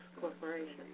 Corporation